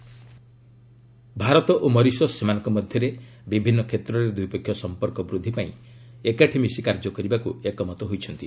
India Mauritius Bharat ଓ Mauritius ସେମାନଙ୍କ ମଧ୍ୟରେ ବିଭିନ୍ନ କ୍ଷେତ୍ରରେ ଦ୍ୱିପକ୍ଷୀୟ ସମ୍ପର୍କ ବୃଦ୍ଧି ପାଇଁ ଏକାଠି ମିଶି କାର୍ଯ୍ୟ କରିବାକୁ ଏକମତ ହୋଇଛନ୍ତି